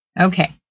Okay